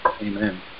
Amen